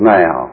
now